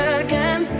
again